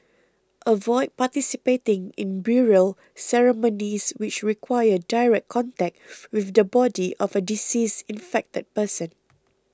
avoid participating in burial ceremonies which require direct contact with the body of a deceased infected person